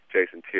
Jason